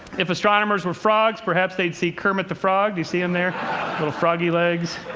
if astronomers were frogs, perhaps they'd see kermit the frog. do you see him there? little froggy legs.